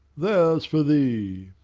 there's for thee.